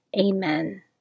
Amen